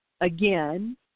again